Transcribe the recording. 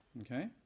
Okay